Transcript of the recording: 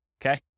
okay